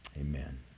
Amen